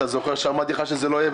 אתה זוכר שאמרתי לך שזה לא יהיה,